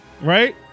right